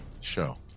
show